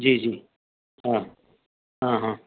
जी जी हा हां हां